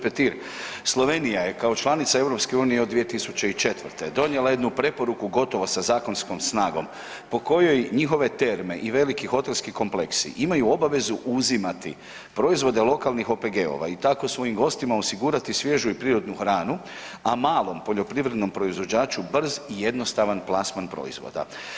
Petir, Slovenija je kao članica EU-a od 2004. donijela jednu preporuku gotovo sa zakonskom snagom po kojoj njihove terme i veliki hotelski kompleksi imaju obavezu uzimati proizvode lokalnih OPG-ove i tako svojim gostima osigurati svježu i prirodnu hranu a malom poljoprivrednom proizvođaču, brzi i jednostavan plasman proizvoda.